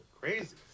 crazy